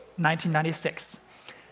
1996